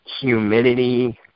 humidity